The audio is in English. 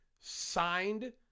signed